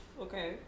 Okay